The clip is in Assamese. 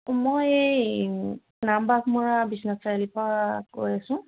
মই এই নাম বাঘমৰা বিশ্বনাথ চাৰিআলিৰ পৰা কৈ আছোঁ